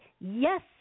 yes